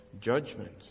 judgment